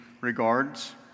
regards